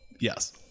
Yes